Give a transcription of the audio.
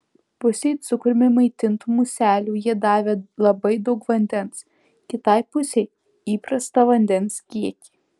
pusei cukrumi maitintų muselių jie davė labai daug vandens kitai pusei įprastą vandens kiekį